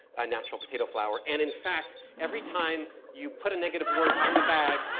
ah natural potato flour. and in fact, every time you put a negative word on the bag,